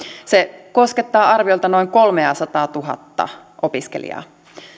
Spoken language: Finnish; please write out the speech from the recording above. se koskettaa arviolta noin kolmeasataatuhatta opiskelijaa